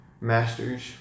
Masters